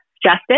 justice